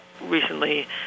recently